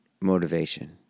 motivation